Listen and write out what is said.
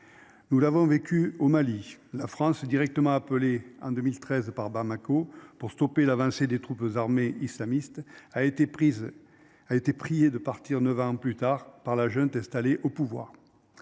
Nous l'avons vécu au Mali, la France directement appelé en 2013 par Bamako pour stopper l'avancée des troupes armées islamistes a été prise a été prié de partir de 20 ans plus tard par la junte installé au pouvoir.